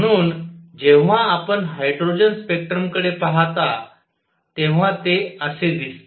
म्हणून जेव्हा आपण हायड्रोजन स्पेक्ट्रमकडे पाहता तेव्हा ते असे दिसते